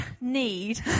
need